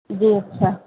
जी अच्छा